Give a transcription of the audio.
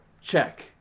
check